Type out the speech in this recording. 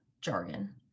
jargon